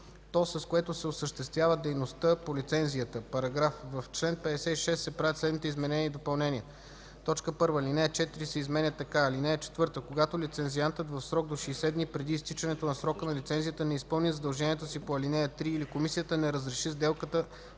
с което се осъществява дейността по лицензията. §… В чл. 56 се правят следните изменения и допълнения: 1. Алинея 4 се изменя така: „(4) Когато лицензиантът в срок до 60 дни преди изтичането на срока на лицензията не изпълни задълженията си по ал. 3 или комисията не разреши сделката